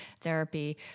therapy